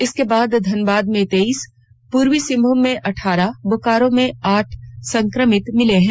इसके बाद धनबाद में तेईस पूर्वी सिंहभूम में अठारह बोकारो में आठ संक्रमित मिले हैं